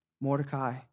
Mordecai